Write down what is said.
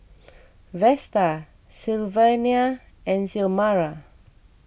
Vesta Sylvania and Xiomara